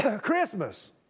Christmas